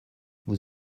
vous